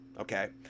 okay